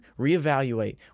reevaluate